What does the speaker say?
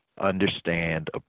understand